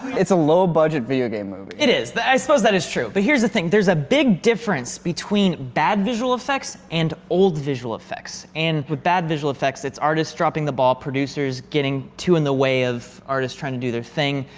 it's a low-budget video game movie. it is i suppose that is true, but here's the thing there's a big difference between bad visual effects and old visual effects and with bad visual effects its artists dropping the ball producers getting too in the way of artists trying to do their thing,